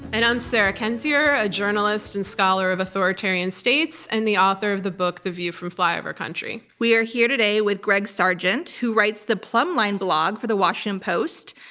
and i'm sarah kendzior, a journalist and scholar of authoritarian states and the author of the book the view from flyover country. we are here today with greg sargent, who writes the plum line blog for the washington post.